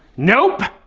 nope!